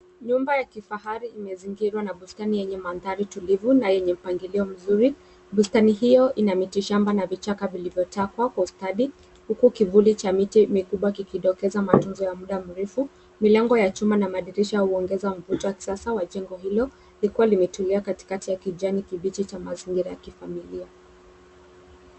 Nyumba ya kifahari imezingirwa na bustani yenye mandhari tulivu na yenye mpangilio mzuri. Bustani hiyo ina miti shamba na vichaka vilivyotakwa kwa ustadi. Huku kivuli cha miti mikubwa kikidokeza matunzo ya muda mrefu. Milango ya chuma na madirisha huongeza mvuto wa kisasa wa jengo hilo. Likiwa limetulia katikati ya kijani kibichi cha mazingira ya kifamilia.